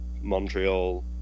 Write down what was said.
Montreal